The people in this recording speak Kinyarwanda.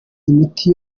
imiti